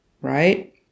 right